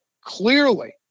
clearly